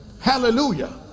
Hallelujah